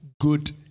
Good